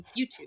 YouTube